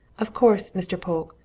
of course, mr. polke,